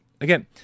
Again